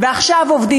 ועכשיו העובדים.